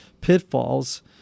pitfalls